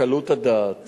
קלות הדעת